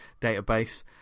database